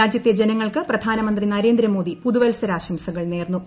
രാജ്യത്തെ ജനങ്ങൾക്ക് പ്രധാനമന്ത്രി നരേന്ദ്രമോദി പുതുവത്സരാശംസകൾ നേർന്നു